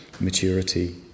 maturity